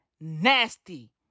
nasty